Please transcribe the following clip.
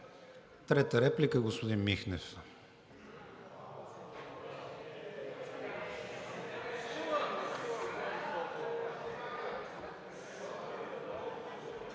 Трета реплика – господин Михнев.